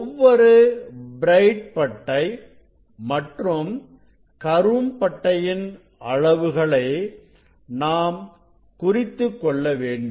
ஒவ்வொரு பிரைட் பட்டை மற்றும் கரும் பட்டையின் அளவுகளை நாம் குறித்துக்கொள்ள வேண்டும்